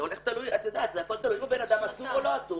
זה הכול תלוי, אם הבן-אדם עצור או לא עצור.